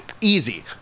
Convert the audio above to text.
Easy